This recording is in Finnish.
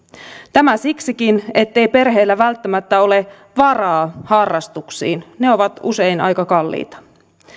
tämä siksikin ettei perheellä välttämättä ole varaa harrastuksiin ne ovat usein aika kalliita